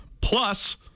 plus